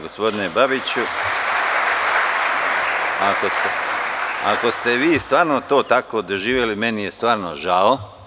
Gospodine Babiću, ako ste vi stvarno to tako doživeli, meni je stvarno žao.